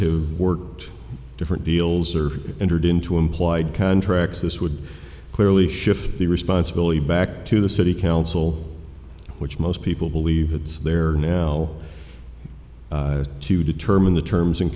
who worked different deals or entered into implied contracts this would clearly shift the responsibility back to the city council which most people believe it's there now to determine the terms and